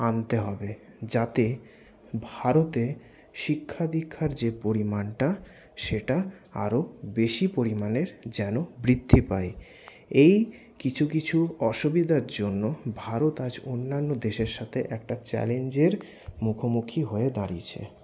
আনতে হবে যাতে ভারতে শিক্ষাদীক্ষার যে পরিমাণটা সেটা আরও বেশি পরিমাণে যেন বৃদ্ধি পায় এই কিছু কিছু অসুবিধার জন্য ভারত আজ অন্যান্য দেশের সাথে একটা চ্যালেঞ্জের মুখোমুখি হয়ে দাঁড়িয়েছে